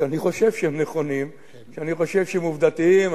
שאני חושב שהם נכונים, שאני חושב שהם עובדתיים.